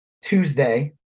Tuesday